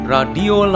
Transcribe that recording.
Radio